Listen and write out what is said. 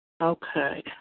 Okay